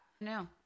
No